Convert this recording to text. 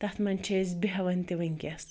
تَتھ منٛز چھِ أسۍ بیٚہوان تہِ وُنکیٚس